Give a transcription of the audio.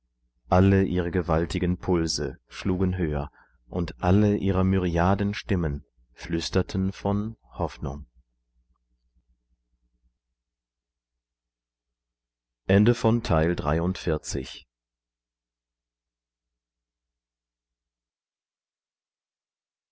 alle ihre gewaltigen pulse schlugen höher und alle ihre myriaden stimmen flüsterten von hoffnung